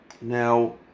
Now